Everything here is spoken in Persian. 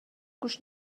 گوش